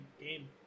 game